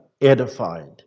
edified